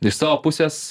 iš savo pusės